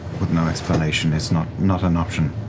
with no explanation is not not an option.